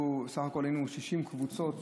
בסך הכול היינו 60 קבוצות,